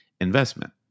investment